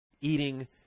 eating